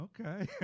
Okay